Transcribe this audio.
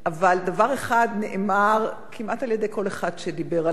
אבל דבר אחד נאמר כמעט על-ידי כל אחד שדיבר עליו,